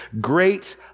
great